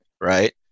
right